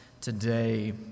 today